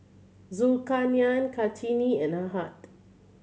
Zulkarnain Kartini and Ahad